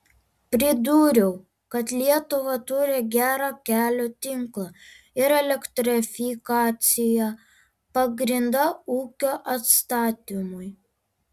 pridūriau kad lietuva turi gerą kelių tinklą ir elektrifikaciją pagrindą ūkio atstatymui